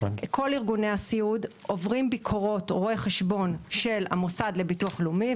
כל ארגוני הסיעוד עוברים ביקורות של רו"ח של המוסד לביטוח לאומי,